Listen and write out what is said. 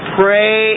pray